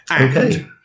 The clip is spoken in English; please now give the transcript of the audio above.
Okay